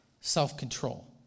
self-control